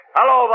Hello